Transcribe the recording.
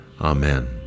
Amen